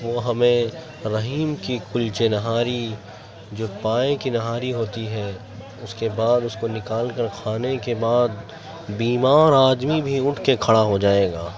وہ ہمیں رحیم کی کلچے نہاری جو پائے کی نہاری ہوتی ہے اس کے بعد اس کو نکال کر کھانے کے بعد بیمار آدمی بھی اٹھ کے کھڑا ہو جائے گا